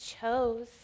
chose